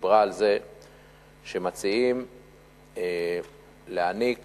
דיברה על הצעה להעניק